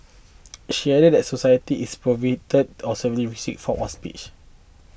she added that a society is prohibit or severely restrict forms of speech